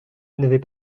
n’avez